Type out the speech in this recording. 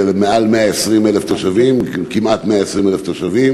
זה מעל 120,000 תושבים או כמעט 120,000 תושבים,